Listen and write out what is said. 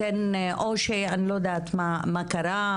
או שאני לא יודעת מה קרה,